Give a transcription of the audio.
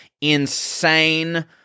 insane